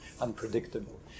unpredictable